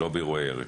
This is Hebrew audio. לא באירועי ירי.